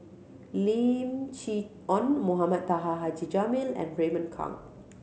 Lim Chee Onn Mohamed Taha Haji Jamil and Raymond Kang